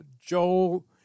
Joel